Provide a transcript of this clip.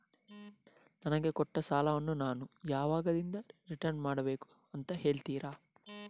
ನನಗೆ ಕೊಟ್ಟ ಸಾಲವನ್ನು ನಾನು ಯಾವಾಗದಿಂದ ರಿಟರ್ನ್ ಮಾಡಬೇಕು ಅಂತ ಹೇಳ್ತೀರಾ?